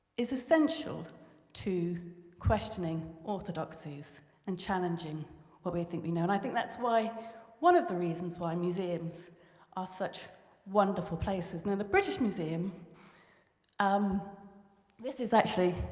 is essential to questioning orthodoxies and challenging what we think we know. and i think that's one of the reasons why museums are such wonderful places. now the british museum um this is actually,